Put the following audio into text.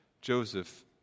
Joseph